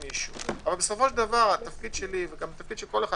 אבל בסופו של דבר התפקיד שלי ושל כל אחד